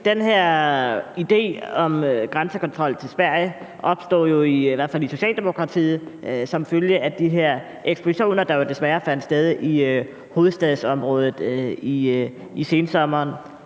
Den her idé om grænsekontrol til Sverige opstod i hvert fald i Socialdemokratiet som følge af de her eksplosioner, der jo desværre fandt sted i hovedstadsområdet i sensommeren.